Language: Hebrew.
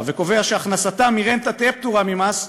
וקובע שהכנסתם מרנטה תהיה פטורה ממס,